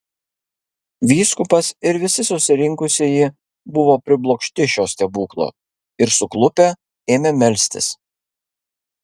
vyskupas ir visi susirinkusieji buvo priblokšti šio stebuklo ir suklupę ėmė melstis